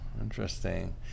Interesting